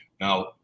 Now